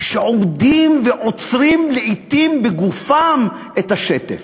שעומדים ועוצרים, לעתים בגופם, את השטף,